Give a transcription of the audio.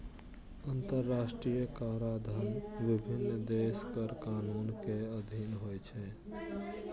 अंतरराष्ट्रीय कराधान विभिन्न देशक कर कानून के अधीन होइ छै